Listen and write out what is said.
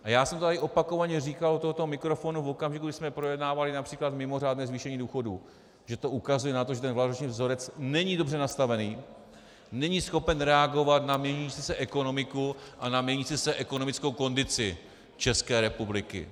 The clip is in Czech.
A já jsem to tady opakovaně říkal u tohoto mikrofonu v okamžiku, kdy jsme projednávali například mimořádné zvýšení důchodů, že to ukazuje na to, že ten valorizační vzorec není dobře nastavený, není schopen reagovat na měnící se ekonomiku a na měnící se ekonomickou kondici České republiky.